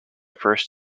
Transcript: first